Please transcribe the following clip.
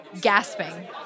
gasping